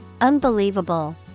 Unbelievable